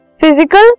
Physical